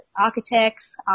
architects